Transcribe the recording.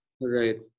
Right